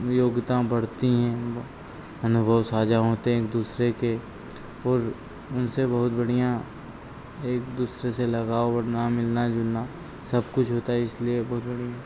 योग्यता बढ़ती हैं व अनुभव साझा होते हैं एक दूसरे के और उनसे बहुत बढ़िया एक दूसरे से लगाव बढ़ना मिलना जुलना सब कुछ होता है इसलिए बहुत बढ़िया